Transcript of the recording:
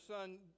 son